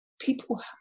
people